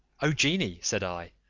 o genie, said i,